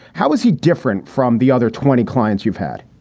how is he different from the other twenty clients you've had?